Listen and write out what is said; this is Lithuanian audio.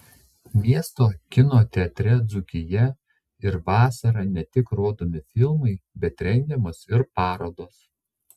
miesto kino teatre dzūkija ir vasarą ne tik rodomi filmai bet rengiamos ir parodos